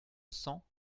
cents